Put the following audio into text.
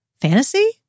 fantasy